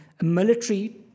military